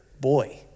boy